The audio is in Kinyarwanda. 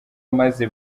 maze